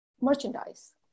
merchandise